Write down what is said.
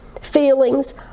Feelings